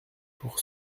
pour